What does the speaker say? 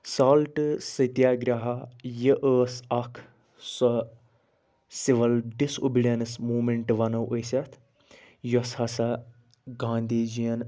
سالٹہٕ ستیاگرٛاہا یہِ ٲس اکھ سۄ سِوَل ڈِس اوٚبیٖڈیَنس موٗمیٚنٹہٕ ونو أسۍ اتھ یۄس ہَسا گاندھی جِیَن